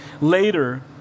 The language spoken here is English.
later